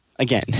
Again